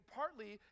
partly